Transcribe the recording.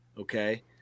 okay